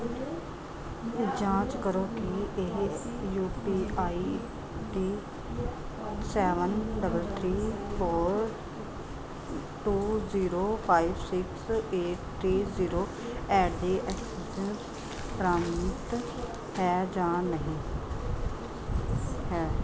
ਜਾਂਚ ਕਰੋ ਕਿ ਇਹ UPI D seven double three four two zero five six eight three zero at the Axis ਪ੍ਰਮਾਣਿਤ ਹੈ ਜਾਂ ਨਹੀਂ ਹੈ